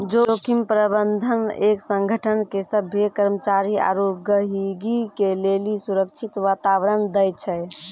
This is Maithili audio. जोखिम प्रबंधन एक संगठन के सभ्भे कर्मचारी आरू गहीगी के लेली सुरक्षित वातावरण दै छै